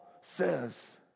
says